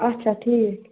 اچھا ٹھیٖک